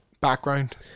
background